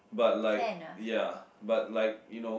but like ya but like you know